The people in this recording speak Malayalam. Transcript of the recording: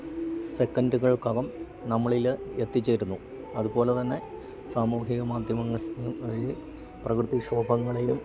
സെക്കൻറ്റ്കൾക്ക് അകം നമ്മളിൽ എത്തിച്ചേരുന്നു അതുപോലെ തന്നെ സാമൂഹിക മാദ്ധ്യമങ്ങൾ വഴി പ്രകൃതിക്ഷോഭങ്ങളെയും